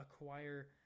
acquire